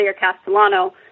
Castellano